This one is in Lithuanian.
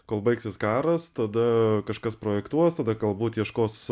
kol baigsis karas tada kažkas projektuos tada galbūt ieškos